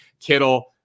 Kittle